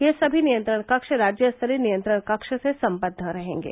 यह सभी नियंत्रण कक्ष राज्यस्तरीय नियंत्रण कक्ष से सम्बद्द रहेंगे